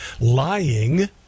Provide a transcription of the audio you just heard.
lying